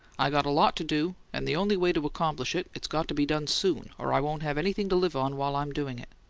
i got a lot to do, and the only way to accomplish it, it's got to be done soon, or i won't have anything to live on while i'm doing it.